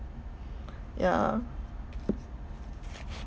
yeah